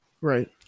right